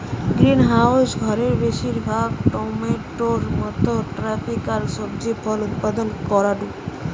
greenhouse ঘরে বেশিরভাগ টমেটোর মতো ট্রপিকাল সবজি ফল উৎপাদন করাঢু